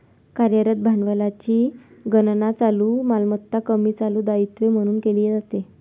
कार्यरत भांडवलाची गणना चालू मालमत्ता कमी चालू दायित्वे म्हणून केली जाते